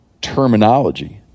terminology